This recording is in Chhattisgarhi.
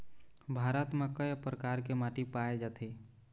भारत म कय प्रकार के माटी पाए जाथे?